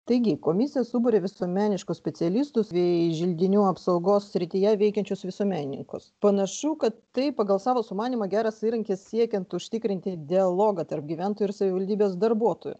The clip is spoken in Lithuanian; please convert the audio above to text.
taigi komisija suburia visuomeniškus specialistus bei želdinių apsaugos srityje veikiančius visuomenininkus panašu kad tai pagal savo sumanymą geras įrankis siekiant užtikrinti dialogą tarp gyventojų ir savivaldybės darbuotojų